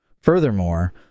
Furthermore